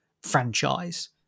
franchise